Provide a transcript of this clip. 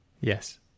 Yes